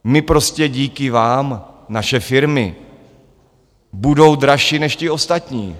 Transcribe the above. My prostě díky vám, naše firmy, budou dražší než ti ostatní.